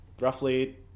roughly